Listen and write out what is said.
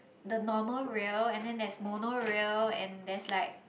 the normal rail and then there's monorail and there's like